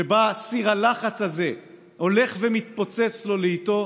שבה סיר הלחץ הזה הולך ומתפוצץ לו לאיטו,